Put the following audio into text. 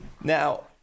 Now